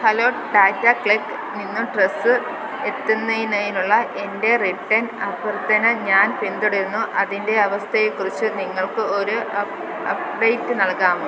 hello Tata CLiQ നിന്ന് dress എത്തുന്നതിനായുള്ള എൻ്റെ റിട്ടേൺ അഭ്യർത്ഥന ഞാൻ പിന്തുടരുന്നു അതിൻ്റെ അവസ്ഥയെക്കുറിച്ച് നിങ്ങൾക്ക് ഒരു അപ്ഡേറ്റ് നൽകാമോ